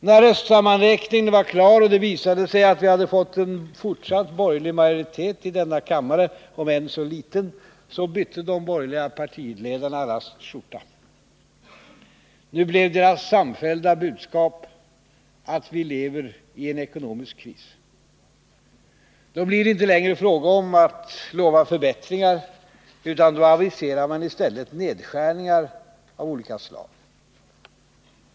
När röstsammanräkningen var klar och det visade sig att vi hade fått en fortsatt borgerlig majoritet, om än så liten, i denna kammare, då bytte de borgerliga partiledarna raskt skjorta. Då blev deras samfällda budskap att vi lever i en ekonomisk kris. Det var inte längre fråga om att lova förbättringar, utan då aviserade man i stället nedskärningar av olika slag.